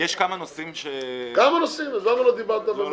יש כמה נושאים שדובר עליהם